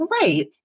right